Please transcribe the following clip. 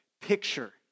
picture